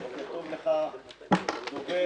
בוקר טוב לך הדובר,